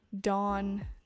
dawn